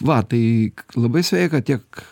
va tai k labai sveika tiek